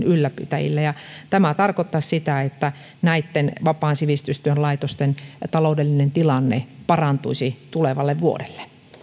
ylläpitäjille ja tämä tarkoittaisi sitä että näitten vapaan sivistystyön laitosten taloudellinen tilanne parantuisi tulevalle vuodelle